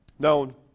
Known